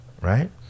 Right